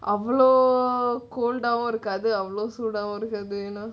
அவளோ: avaloo cold வும்இருக்காதுஅவ்ளோசூடாவும்இருக்காது: vum irukkadhu avaloo chudavum irukkadhu